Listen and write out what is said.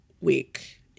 week